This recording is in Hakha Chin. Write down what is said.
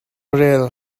rel